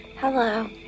Hello